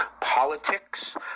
politics